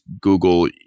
Google